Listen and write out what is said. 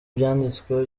byanditswe